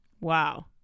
Wow